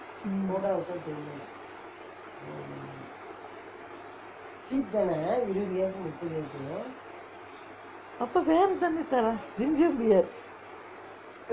mm அப்பே வேற தண்ணீ சாரா:appae vera thanni saraa ginger beer